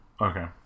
Okay